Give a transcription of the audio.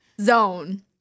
zone